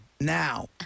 Now